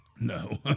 No